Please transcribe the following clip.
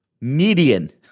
median